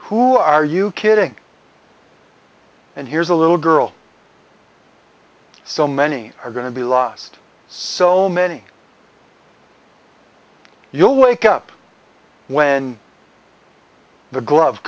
who are you kidding and here's a little girl so many are going to be lost so many you'll wake up when the glove